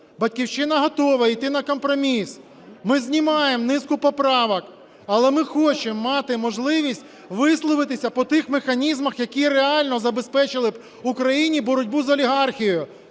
"Батьківщина" готова іти на компроміс. Ми знімаємо низку поправок, але ми хочемо мати можливість висловитися по тих механізмах, які реально забезпечили б Україні боротьбу з олігархією,